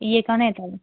इहे घणे अथव